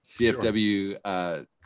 DFW